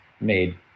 made